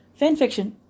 fanfiction